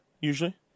usually